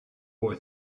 boy